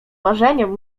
marzeniem